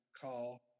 call